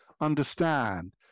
understand